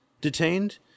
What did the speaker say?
detained